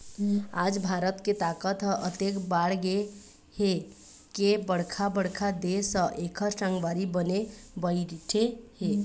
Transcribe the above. आज भारत के ताकत ह अतेक बाढ़गे हे के बड़का बड़का देश ह एखर संगवारी बने बइठे हे